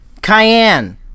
Cayenne